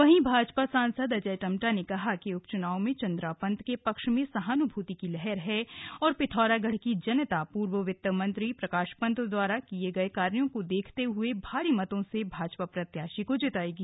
वहीं भाजपा सांसद अजय टम्टा ने कहा कि उपचुनाव में चंद्रा पंत के पक्ष में सहानुभूति की लहर है और पिथौरागढ़ की जनता पूर्व वित्त मंत्री प्रकाश पंत द्वारा किये गए कार्यो को देखते हुए भारी मतों से भाजपा प्रत्याशी को जिताएगी